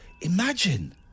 Imagine